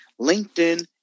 LinkedIn